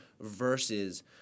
versus